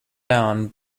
down